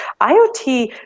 IoT